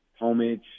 Homage